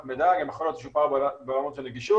מידע גם יכול להיות פער בעולמות של נגישות,